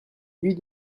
vie